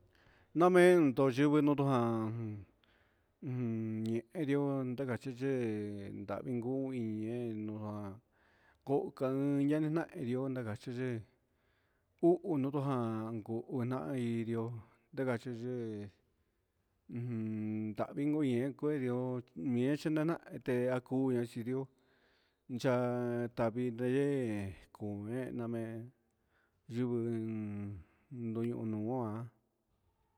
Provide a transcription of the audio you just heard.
Namen tuyivii nonduan niendion naka yiye'e nijui niñeno jan koja'a, inaka ihó nano chiyee, uu uu notojan noka nunaí indio naka yiyee, ujun ndavii nike kedió ñie xhi nana nakuña chidió, ya'á taviyee kuu mena me'en yun kodoño'o ohá.